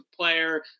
player